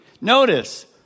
Notice